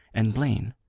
and blaine,